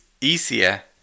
easier